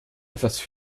etwas